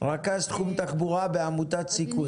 רכז תחום תחבורה בעמותת סיכוי,